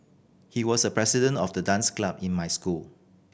he was a president of the dance club in my school